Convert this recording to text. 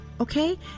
okay